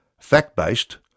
Fact-based